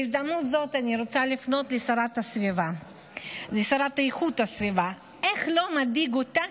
בהזדמנות זו אני רוצה לפנות גם לשרה לאיכות הסביבה: לא מדאיג אותך